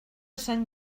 sant